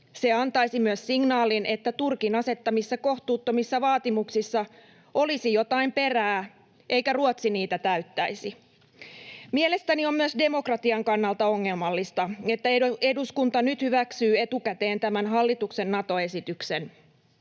Se antaisi myös signaalin, että Turkin asettamissa kohtuuttomissa vaatimuksissa olisi jotain perää eikä Ruotsi niitä täyttäisi. Mielestäni on myös demokratian kannalta ongelmallista, että eduskunta nyt hyväksyy etukäteen tämän hallituksen Nato-esityksen.